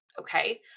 okay